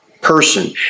person